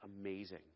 amazing